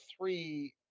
three